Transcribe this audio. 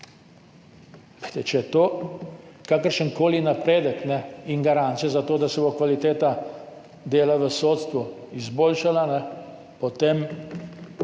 Če je to kakršenkoli napredek in garancija za to, da se bo kvaliteta dela v sodstvu izboljšala, potem